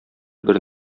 бер